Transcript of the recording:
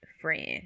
friend